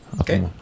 Okay